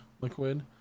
liquid